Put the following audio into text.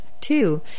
two